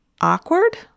Awkward